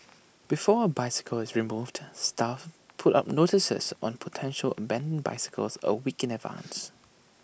before A bicycle is removed staff put up notices on potential abandoned bicycles A week in advance